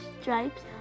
stripes